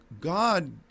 God